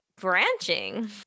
branching